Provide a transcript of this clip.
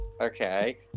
Okay